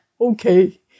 okay